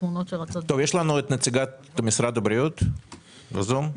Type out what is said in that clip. יש לנו נציגת משרד הבריאות בזום?